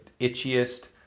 itchiest